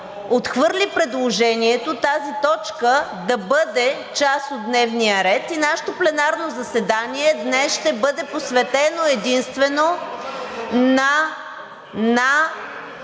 отхвърли предложението тази точка да бъде част от дневния ред и нашето пленарно заседание днес ще бъде посветено единствено на